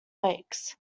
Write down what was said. lakes